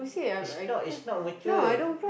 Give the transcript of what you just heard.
is not is not matured